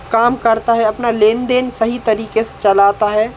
काम करता है अपना लेन देन सही तरीके से चलाता है